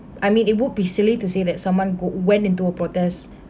I mean it would be silly to say that someone go went into a protest